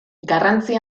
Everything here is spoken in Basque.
garrantzi